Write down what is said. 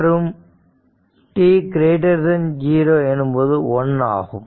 மற்றும் t 0 எனும்போது 1 ஆகும்